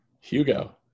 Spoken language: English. Hugo